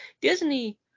Disney